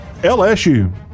lsu